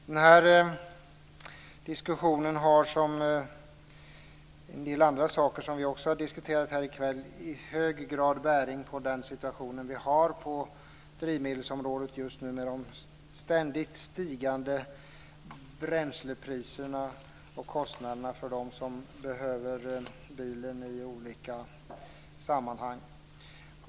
Den här diskussionen har, liksom en del andra saker vi har diskuterat här i kväll, i hög bäring på den situation vi har på drivmedelsområdet just nu med ständigt stigande bränslepriser och kostnader för dem som behöver bilen i olika sammanhang.